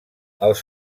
els